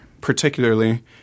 particularly